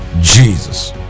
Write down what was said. Jesus